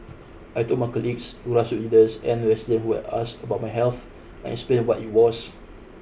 I told my colleagues grassroot leaders and residents who had asked about my health and explained what it was